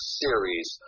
series